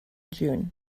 june